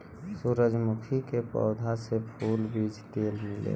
सूरजमुखी के पौधा से फूल, बीज तेल मिलेला